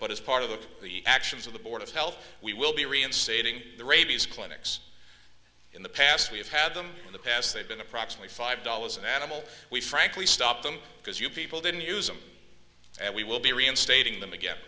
but as part of the actions of the board of health we will be reinstating the rabies clinics in the past we've had them in the past they've been approximately five dollars an animal we frankly stopped them because you people didn't use them and we will be reinstating them again